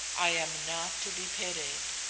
i am not to be pitied.